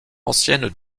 anciennes